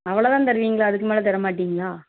அவ்வளோ தான் தருவீங்களா அதுக்கு மேலே தரமாட்டீங்களா